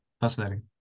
fascinating